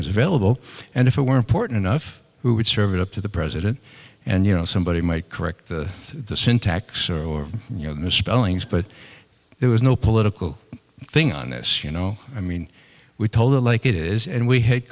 was available and if it were important enough we would serve it up to the president and you know somebody might correct the syntax or misspellings but there was no political thing on this you know i mean we told it like it is and we had